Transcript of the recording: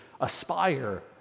aspire